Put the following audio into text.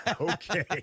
Okay